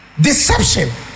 Deception